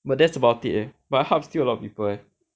but that's about it eh but hub still a lot of people eh